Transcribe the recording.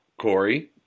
Corey